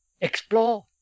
explore